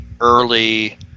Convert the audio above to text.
early